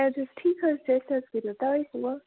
اَد حظ ٹھیٖک حظ چھُ اَسہِ حظ کَریو تَوَے فون